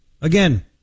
Again